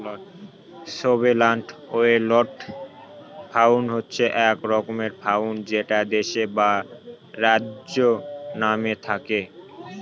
sovereign wealth fund হচ্ছে এক রকমের ফান্ড যেটা দেশের বা রাজ্যের নামে থাকে